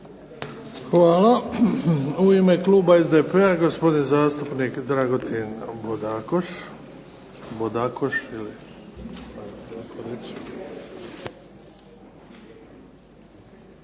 Hvala. U ime kluba SDP-a gospodin zastupnik Dragutin Bodakoš.